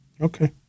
okay